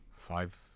five